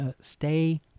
Stay